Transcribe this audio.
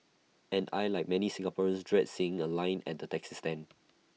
and I Like many Singaporeans dread seeing A line at the taxi stand